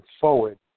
forward